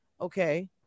Okay